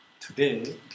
today